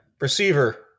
receiver